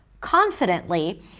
confidently